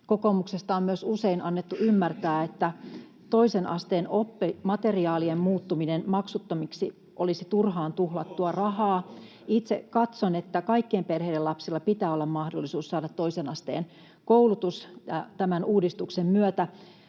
Kokoomuksesta on myös usein annettu ymmärtää, että toisen asteen oppimateriaalien muuttuminen maksuttomiksi olisi turhaan tuhlattua rahaa. Itse katson, että kaikkien perheiden lapsilla pitää olla mahdollisuus saada toisen asteen koulutus. Tämän uudistuksen myötä